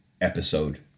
episode